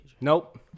Nope